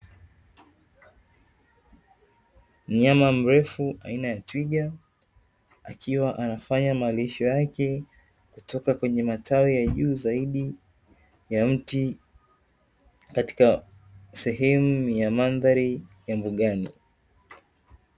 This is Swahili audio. Mnyama mrefu aina ya twiga akiwa anafanya malisho yake kutoka kwenye matawi ya juu zaidi ya mti katika sehemu ya mandhari ya mbugani.